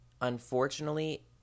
unfortunately